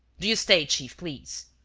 do you stay, chief, please.